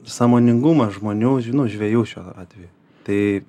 sąmoningumas žmonių ži nu žvejų šiuo atveju tai